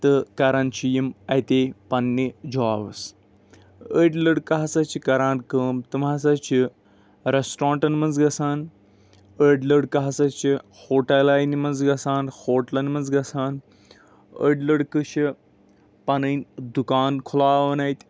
تہٕ کرن چھِ یِم اَتے پَنٕنہِ جابٕس أڈۍ لڈکہٕ ہسا چھِ کران کٲم تِم ہسا چھِ ریسٹوٹن منٛز گژھان أڈۍ لڈکہٕ ہسا چھِ ہوٹل لینہِ منٛز گژھان ہوٹلَن منٛز گژھان أڈۍ لڑکہٕ چھِ پَنٕنۍ دُکان کھولاوان اَتہِ